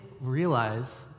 realize